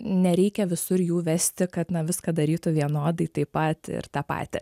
nereikia visur jų vesti kad na viską darytų vienodai taip pat ir tą patį